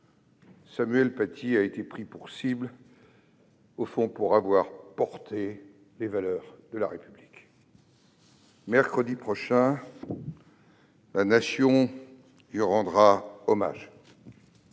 Samuel Paty a été pris pour cible, au fond, pour avoir porté les valeurs de la République. Mercredi prochain, la Nation lui rendra hommage.